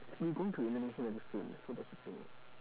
we going to indonesia very soon so that's the thing